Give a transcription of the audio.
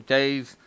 Days